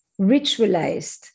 ritualized